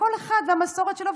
וכל אחד והמסורת שלו,